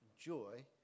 Joy